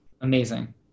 Amazing